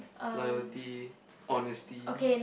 loyalty honesty